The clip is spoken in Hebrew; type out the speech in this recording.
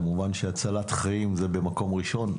כמובן שהצלת חיים זה במקום ראשון,